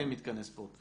אין מתקני ספורט.